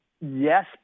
yes